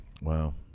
Wow